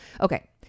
okay